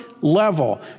level